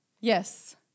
Yes